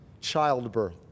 childbirth